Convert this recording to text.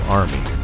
army